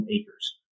acres